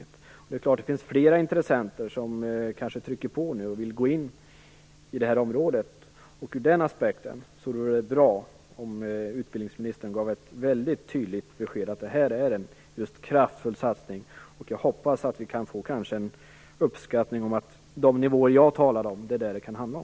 Det är klart att det finns fler intressenter som kanske trycker på nu och vill gå in i området. Ur den aspekten vore det bra om utbildningsministern gav ett mycket tydligt besked om att detta är en kraftfull satsning och kanske gjorde en uppskattning som visar att det kan handla om de nivåer som jag talade om.